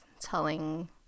telling